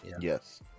yes